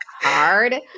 hard